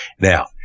Now